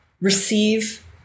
receive